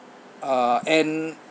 uh and